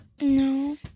No